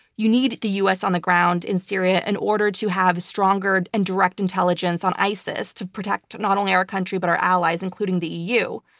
you need the u. s. on the ground in syria in and order to have stronger and direct intelligence on isis to protect not only our country, but our allies, including the eu.